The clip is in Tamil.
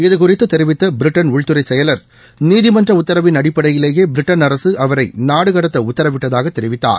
இதுகுறித்து தெரிவித்த பிரிட்டள் உள்துறை செயலர் நீதிமன்ற உத்தரவின் அடிப்படையிலேயே பிரிட்டன் அரசு அவரை நாடு கடத்த உத்தரவிட்டதாக தெரிவித்தார்